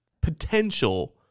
potential